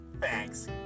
Thanks